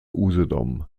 usedom